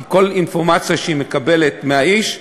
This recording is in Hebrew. כי כל אינפורמציה שהיא מקבלת מהאיש,